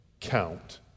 count